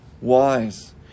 wise